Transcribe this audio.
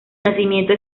nacimiento